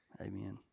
Amen